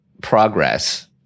progress